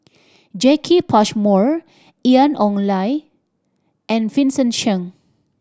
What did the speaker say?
Jacki Passmore Ian Ong Li and Vincent Cheng